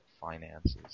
finances